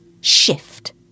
shift